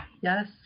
Yes